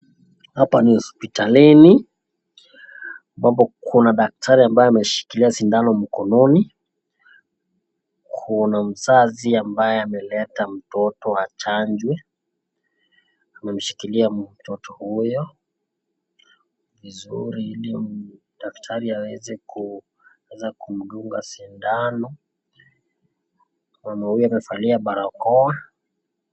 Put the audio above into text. Hapa ni hosiptalini, ambapo kuna daktari ambaye ameshikilia sindano mkononi, kuna mzazi ambaye ameleta mtoto achanjwe, amemshikilia mtoto huyo vizuri ili daktari aweze kumdunga sindano, mama huyu amevalia barakoa.